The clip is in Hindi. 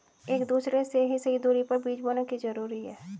एक दूसरे से सही दूरी पर बीज बोना क्यों जरूरी है?